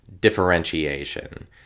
differentiation